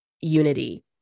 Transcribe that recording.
unity